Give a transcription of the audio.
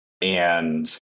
And-